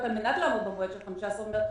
על מנת לעמוד במועד של 15 במרץ,